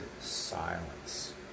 silence